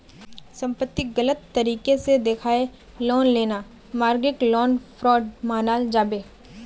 संपत्तिक गलत तरीके से दखाएँ लोन लेना मर्गागे लोन फ्रॉड मनाल जाबे